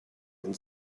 and